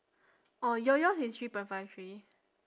orh your yours is three point five three